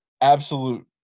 absolute